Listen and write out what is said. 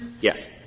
Yes